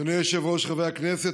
אדוני היושב-ראש, חברי הכנסת.